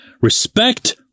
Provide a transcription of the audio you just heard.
respect